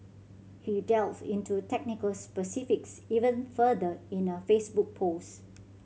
he delved into technical specifics even further in a Facebook post